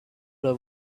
have